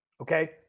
okay